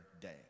day